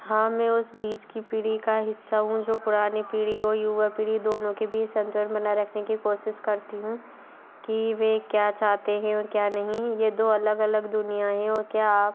हाँ मैं उस बीच की पीढ़ी का हिस्सा हूँ जो पुरानी पीढ़ी हो युवा पीढ़ी दोनों के बीच संतुलन बनाए रखने की कोशिश करती हूँ कि वे क्या चाहते हें और क्या नहीं ये दो अलग अलग दुनिया हें और क्या आप